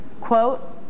quote